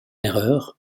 erreur